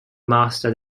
master